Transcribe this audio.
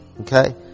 okay